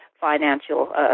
financial